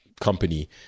company